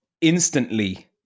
instantly